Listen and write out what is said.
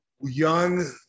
Young